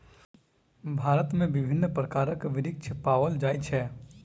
भारत में विभिन्न प्रकारक वृक्ष पाओल जाय छै